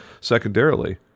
secondarily